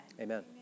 Amen